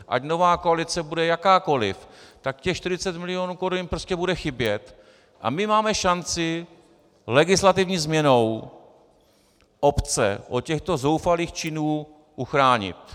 Ať nová koalice bude jakákoliv, tak těch 40 milionů korun jim prostě bude chybět a my máme šanci legislativní změnou obce od těchto zoufalých činů uchránit.